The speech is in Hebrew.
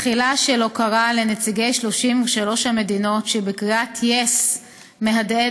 תחילה של הוקרה לנציגי 33 המדינות שבקריאת yes מהדהדת